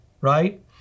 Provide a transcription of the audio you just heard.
right